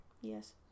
yes